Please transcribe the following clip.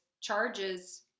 charges